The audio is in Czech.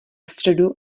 středu